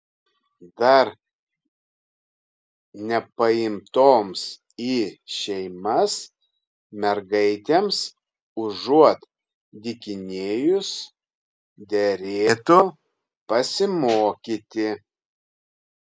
dar nepaimtoms į šeimas mergaitėms užuot dykinėjus derėtų pasimokyti